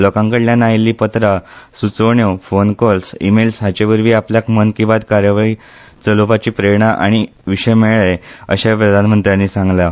लोकांकडल्यान आयिल्ली पत्रां सुचोवण्यो फोन कॉल्स ईमेल्स हाचेवरवी आपल्याक मन की बात कार्यावळी चलोवपाची प्रेरणा आनी विशय मेळ्ळे अशेंय प्रधानमंत्र्यानी सांगलां